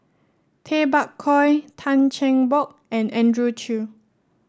Tay Bak Koi Tan Cheng Bock and Andrew Chew